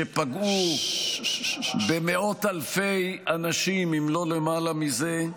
שפגעו במאות אלפי אנשים אם לא למעלה מזה,